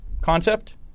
concept